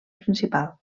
principal